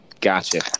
gotcha